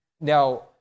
Now